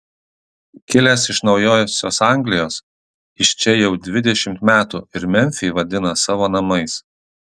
kilęs iš naujosios anglijos jis čia jau dvidešimt metų ir memfį vadina savo namais